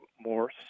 more